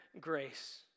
grace